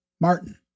Martin